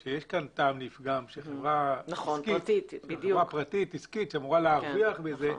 משום שיש כאן טעם לפגם שחברה פרטית עסקית שאמורה להרוויח מזה,